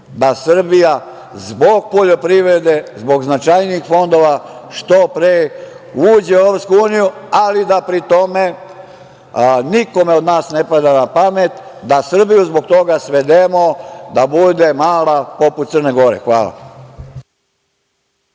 da Srbija zbog poljoprivrede, zbog značajnih fondova što pre uđe u EU, ali da pri tome, nikome od nas ne pada na pamet da Srbiju zbog toga svedemo da bude mala poput Crne Gore. Hvala.